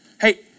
Hey